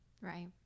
Right